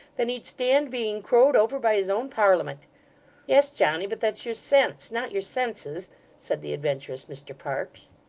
than he'd stand being crowed over by his own parliament yes, johnny, but that's your sense not your senses said the adventurous mr parkes.